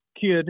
kid